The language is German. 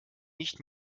nicht